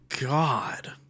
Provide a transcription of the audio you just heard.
god